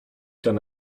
ten